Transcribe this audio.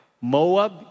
Moab